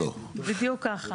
בדיוק ככה.